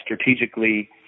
strategically